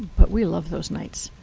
but we love those nights.